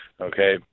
okay